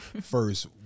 first